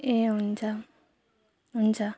ए हुन्छ हुन्छ